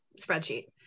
spreadsheet